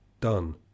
done